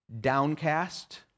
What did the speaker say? Downcast